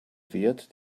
wert